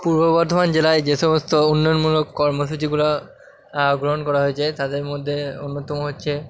পূর্ব বর্ধমান জেলায় যে সমস্ত উন্নয়নমূলক কর্মসূচিগুলা গ্রহণ করা হয়েছে তাদের মধ্যে অন্যতম হচ্ছে